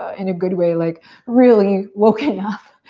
in a good way, like really woken up.